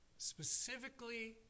specifically